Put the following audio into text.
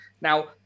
Now